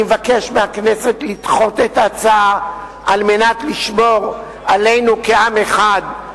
אני מבקש מהכנסת לדחות את ההצעה על מנת לשמור עלינו כעם אחד.